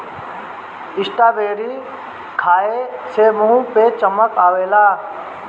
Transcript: strawberry खाए से मुंह पे चमक आवेला